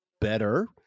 better